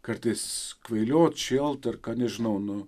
kartais kvailiot šėlt ar ką nežinau nu